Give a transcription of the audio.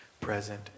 present